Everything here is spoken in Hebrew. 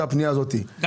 זאת הפנייה הזאת.